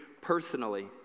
personally